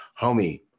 homie